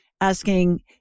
asking